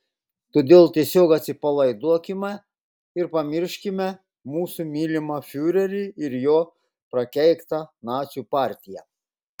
todėl tiesiog atsipalaiduokime ir pamirškime mūsų mylimą fiurerį ir jo prakeiktą nacių partiją